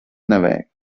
nevajag